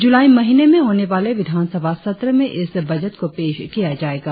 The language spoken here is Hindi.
जूलाई महीनें में होने वाले विधानसभा सत्र में इस बजट को पैश किया जाएगा